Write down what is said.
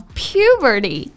puberty